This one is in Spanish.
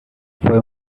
fue